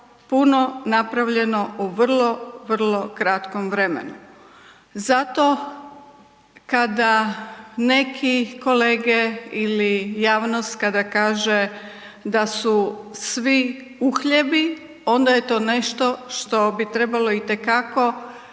puno napravljeno u vrlo, vrlo kratkom vremenu. Zato kada neki kolege ili javnost, kada kaže da su svi uhljebi, onda je to nešto što bi trebalo itekako